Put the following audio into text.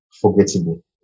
forgettable